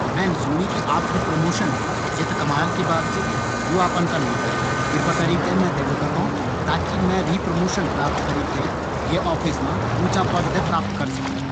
मैन सुणी की आपकू परमोशन ह्वे गी। या त कमाल की बात च। यू आपन कनमा करी? कृपया करिक मैं थें भी बतावा। ताकी मैं भी परमोशन प्राप्त करीक थें ये ऑफिस मा ऊंचा पद थें हासिल कर सकू।